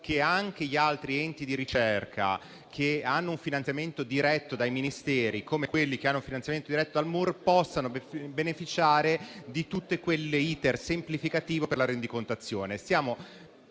che anche gli altri enti di ricerca che ricevono un finanziamento diretto dai Ministeri, come quelli che hanno un finanziamento diretto dal MUR, possano beneficiare di tutto quell'*iter* semplificativo per la rendicontazione.